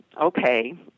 okay